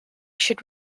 should